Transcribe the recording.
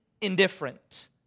indifferent